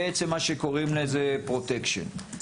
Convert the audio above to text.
מה שקוראים פרוטקשן.